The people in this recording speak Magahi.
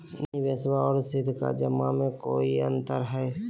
निबेसबा आर सीधका जमा मे कोइ अंतर हय?